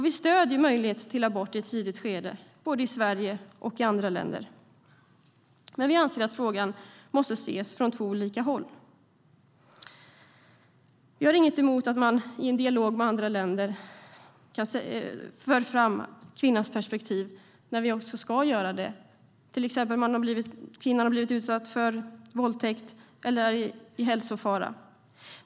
Vi stöder möjligheten till abort i ett tidigt skede, både i Sverige och i andra länder, men vi anser att frågan måste ses från två håll. Vi har inget emot att man i dialog med andra länder för fram kvinnans perspektiv när det behöver göras, till exempel om kvinnan blivit utsatt för våldtäkt eller om hennes hälsa är i fara.